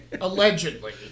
Allegedly